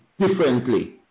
differently